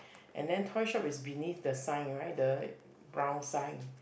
and then toy shop is beneath the sign right the brown sign